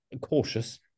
cautious